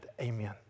Amen